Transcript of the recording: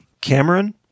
Cameron